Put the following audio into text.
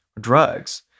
drugs